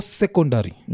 secondary